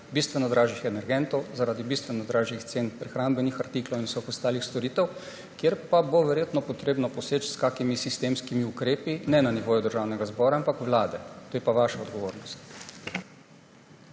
bistveno dražjih energentov, zaradi bistveno dražjih cen prehrambnih artiklov in vseh ostali storitev, kjer pa bo verjetno treba poseči s kakšnimi sistemskimi ukrepi ne na nivoju državnega zbora, ampak vlade. To je pa vaša odgovornost.